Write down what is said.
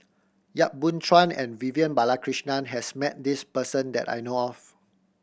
Yap Boon Chuan and Vivian Balakrishnan has met this person that I know of